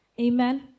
Amen